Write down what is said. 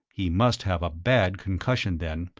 he must have a bad concussion then.